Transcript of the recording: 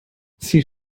sie